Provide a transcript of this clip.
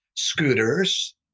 scooters